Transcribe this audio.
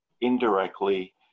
indirectly